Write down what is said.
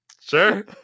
sure